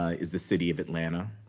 ah is the city of atlanta,